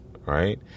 right